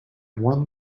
one